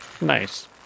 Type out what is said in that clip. Nice